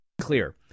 clear